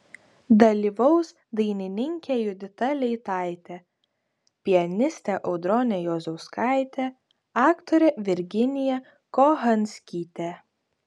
dalyvaus dainininkė judita leitaitė pianistė audronė juozauskaitė aktorė virginija kochanskytė